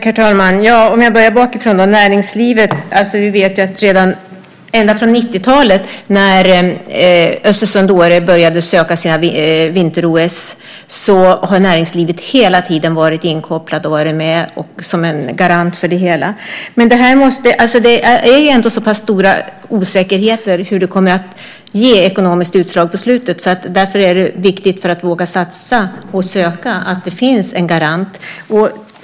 Herr talman! Jag börjar med näringslivet. Vi vet att ända sedan 1990-talet då Östersund/Åre började söka vinter-OS har näringslivet hela tiden varit inkopplat som en garant för det hela. Det är ändå så pass stora osäkerheter om det ekonomiska utslaget på slutet. Därför är det viktigt för att våga satsa och söka att det finns en garant.